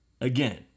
again